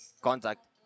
contact